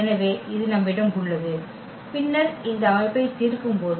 எனவே இது நம்மிடம் உள்ளது பின்னர் இந்த அமைப்பை தீர்க்கும்போது